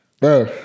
bro